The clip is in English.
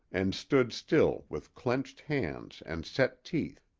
and stood still with clenched hands and set teeth,